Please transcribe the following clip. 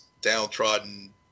downtrodden